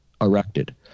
erected